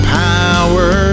power